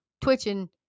twitching